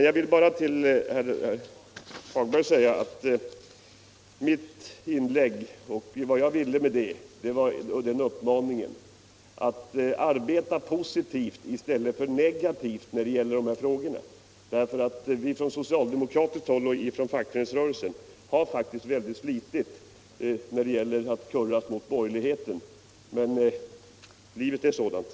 Jag vill bara säga till herr Hagberg att vad jag syftade till med mitt förra inlägg var en uppmaning att arbeta positivt i stället för negativt i dessa frågor.